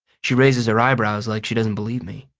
she raises her eyebrows like she doesn't believe me.